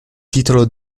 titolo